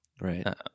Right